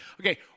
Okay